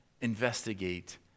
investigate